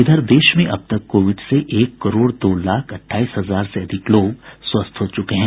इधर देश में अब तक कोविड से एक करोड़ दो लाख अठाईस हजार से अधिक लोग स्वस्थ हो चुके हैं